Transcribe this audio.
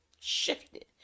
shifted